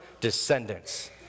descendants